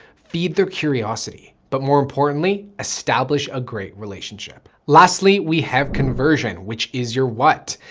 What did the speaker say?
feed their curiosity, but more importantly, establish a great relationship. lastly, we have conversion, which is your what.